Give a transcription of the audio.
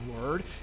word